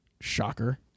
Shocker